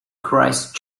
christ